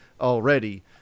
already